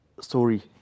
story